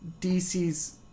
DC's